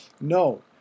No